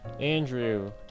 Andrew